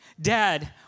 Dad